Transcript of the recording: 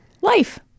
life